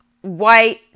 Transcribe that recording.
white